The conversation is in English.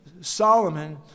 Solomon